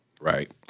right